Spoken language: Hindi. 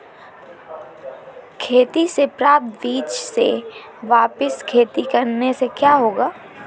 खेती से प्राप्त बीज से वापिस खेती करने से क्या होगा?